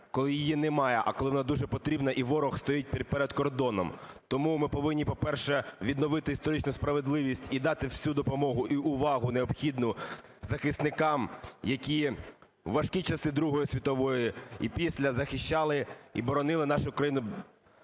коли її немає, а коли вона дуже потрібна і ворог стоїть перед кордоном. Тому ми повинні, по-перше, відновити історичну справедливість і дати всю допомогу і увагу необхідну захисникам, які у важкі часи Другої світової і після захищали і боронили нашу країну,